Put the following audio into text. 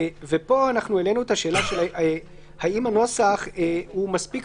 פה עלינו את השאלה האם הנוסח הוא מספיק